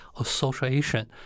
association